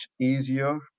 easier